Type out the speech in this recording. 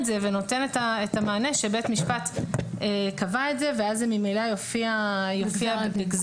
זה ונותן את המענה שבית משפט קבע את זה ואז זה ממילא יופיע בגזר הדין.